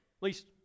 least